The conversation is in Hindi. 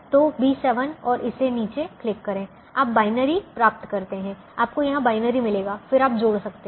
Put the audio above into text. तो B7 और इसे नीचे क्लिक करें आप बायनरी प्राप्त करते हैं आपको यहां बायनरी मिलेगा फिर आप जोड़ सकते हैं